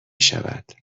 شود